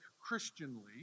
Christianly